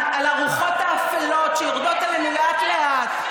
ולהיאבק כאן ברוחות האפלות שיורדות עלינו לאט-לאט.